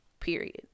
period